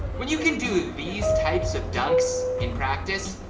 when you can do these types of dunks in practice,